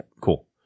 Cool